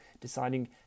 deciding